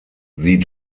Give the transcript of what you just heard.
sie